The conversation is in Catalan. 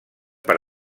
per